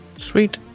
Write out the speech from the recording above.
sweet